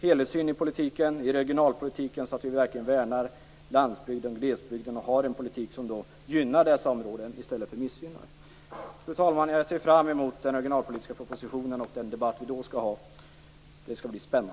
helhetssyn i politiken, i regionalpolitiken, så att vi verkligen värnar landsbygden och glesbygden och för en politik som gynnar dessa områden i stället för missgynnar dem. Fru talman! Jag ser fram mot den regionalpolitiska propositionen och den debatt vi då skall ha. Det skall bli spännande.